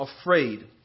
afraid